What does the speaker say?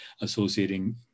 associating